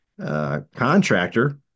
Contractor